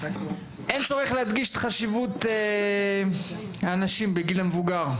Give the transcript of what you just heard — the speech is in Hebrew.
אין צורך להדגיש את חשיבות האנשים בגיל המבוגר.